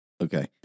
Okay